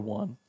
one